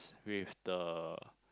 with the